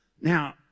Now